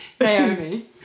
Naomi